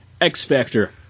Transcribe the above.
X-Factor